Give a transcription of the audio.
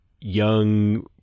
young